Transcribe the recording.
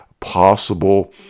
possible